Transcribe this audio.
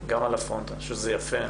גם על הפונט, שזה יפה.